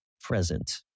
present